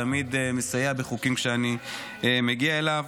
תמיד מסייע בחוקים כשאני מגיע אליו,